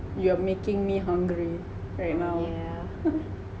you are making me hungry right now